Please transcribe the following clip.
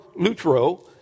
lutro